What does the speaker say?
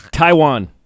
Taiwan